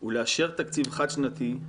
הוא לאשר תקציב חד-שנתי,